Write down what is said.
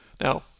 Now